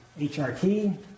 HRT